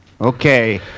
Okay